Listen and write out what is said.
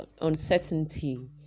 uncertainty